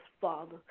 Father